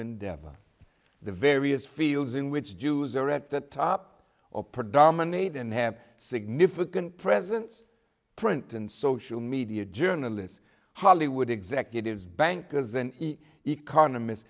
endeavor the various fields in which jews are at the top or predominate and have significant presence print and social media journalists hollywood executives bankers and economists